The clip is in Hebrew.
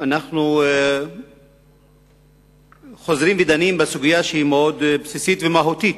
אנחנו חוזרים ודנים בסוגיה שהיא מאוד בסיסית ומהותית,